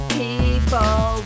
people